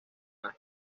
las